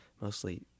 mostly